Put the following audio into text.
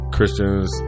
Christians